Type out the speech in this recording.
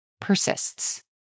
persists